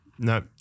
no